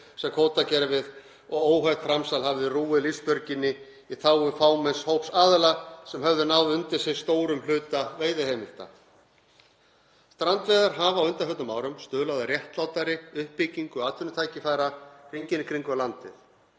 sem kvótakerfið og óheft framsal hafði rúið lífsbjörginni í þágu fámenns hóps aðila sem höfðu náð undir sig stórum hluta veiðiheimilda. Strandveiðar hafa á undanförnum árum stuðlað að réttlátari uppbyggingu atvinnutækifæra hringinn í kringum landið.